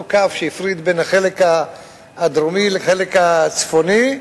אותו קו שהפריד בין החלק הדרומי לחלק הצפוני,